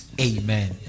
Amen